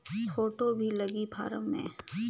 Photo भी लगी form मे?